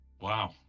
Wow